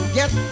get